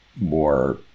more